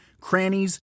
crannies